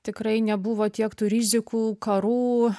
tikrai nebuvo tiek tų rizikų karų